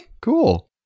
Cool